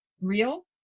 real